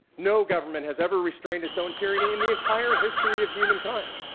no government has ever restrained its own tyranny in the entire history of human kind,